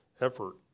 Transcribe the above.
effort